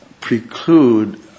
preclude